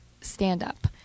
stand-up